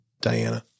Diana